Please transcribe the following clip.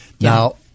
Now